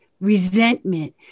resentment